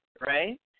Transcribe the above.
right